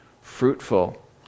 fruitful